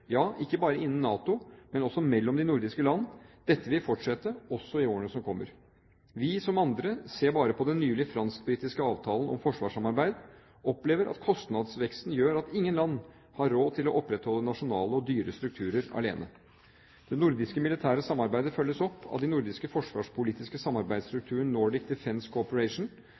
ja, ikke bare innen NATO, men også mellom de nordiske land – vil fortsette, også i årene som kommer. Vi, som andre – se bare på den nylige fransk-britiske avalen om forsvarssamarbeid – opplever at kostnadsveksten gjør at ingen land har råd til å opprettholde nasjonale og dyre strukturer alene. Det nordiske militære samarbeidet følges opp av den nordiske forsvarspolitiske samarbeidsstrukturen Nordic Defence Cooperation,